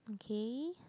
okay